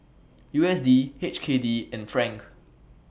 U S D H K D and Franc